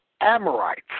Amorites